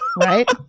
Right